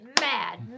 mad